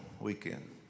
weekend